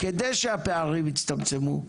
כדי שהפערים יצטמצמו,